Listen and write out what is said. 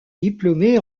diplômé